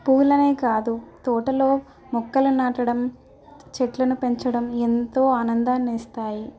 పూలనే కాదు తోటలో మొక్కలు నాటడం చెట్లను పెంచడం ఎంతో ఆనందాన్ని ఇస్తాయి